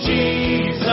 Jesus